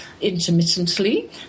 intermittently